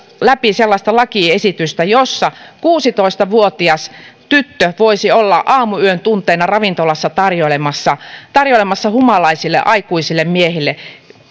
läpi sellaista lakiesitystä jossa kuusitoista vuotias tyttö voisi olla aamuyön tunteina ravintolassa tarjoilemassa tarjoilemassa humalaisille aikuisille miehille